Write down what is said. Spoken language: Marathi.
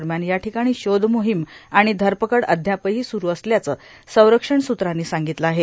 दरम्यान या टिकाणी शोधमोहिम आणि धरपकड अद्यापही सुरु असल्याचं संरक्षण सुत्रांनी सांगितलं आहे